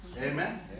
Amen